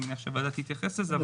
אני מניח שהוועדה תתייחס לזה.